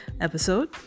episode